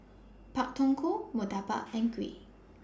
Pak Thong Ko Murtabak and Kuih